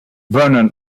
vernon